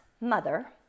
mother